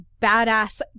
badass